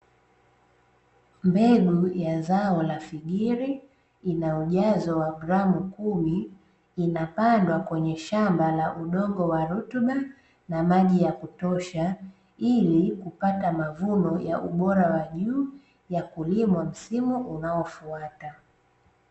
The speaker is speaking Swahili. Mbegu ya zao la figiri lina ujazo wa gramu kumi inapandwa kwenye shamba la udongo wa rutuba na maji ya kutosha, ili kupata mavuno ya ubora wa juu ya kulima msimu unaofuata.